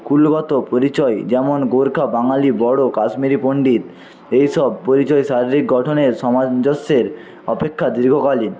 কূলগত পরিচয় যেমন গোর্খা বাঙালি কাশ্মীরি পন্ডিত এই সব পরিচয় শারীরিক গঠনের সামঞ্জস্যের অপেক্ষা দীর্ঘকালীন